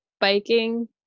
biking